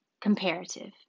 comparative